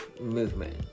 movement